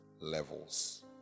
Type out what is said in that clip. levels